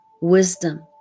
wisdom